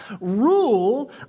rule